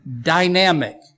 dynamic